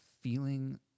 feeling